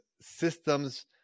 systems